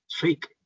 fake